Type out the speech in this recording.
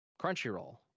Crunchyroll